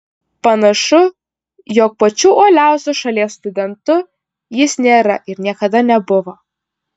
panašu jog pačiu uoliausiu šalies studentu jis nėra ir niekada nebuvo